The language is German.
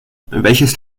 welches